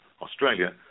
australia